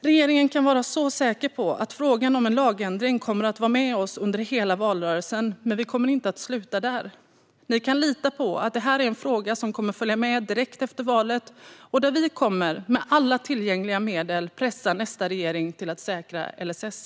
Regeringen kan vara säker på att frågan om en lagändring kommer att vara med oss under hela valrörelsen, men vi kommer inte att sluta där. Ni kan lita på att detta är en fråga som kommer att följa med direkt efter valet och där vi med alla tillgängliga medel kommer att pressa nästa regering till att säkra LSS.